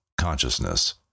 consciousness